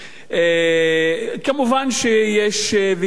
כמובן יש ויכוח,